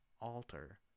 alter